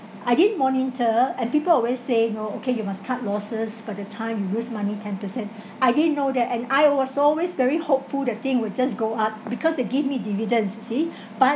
I didn't monitor and people always say know okay you must cut losses by the time you lose money ten percent I didn't know that and I was always very hopeful that thing will just go up because they give me dividends you see but